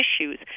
issues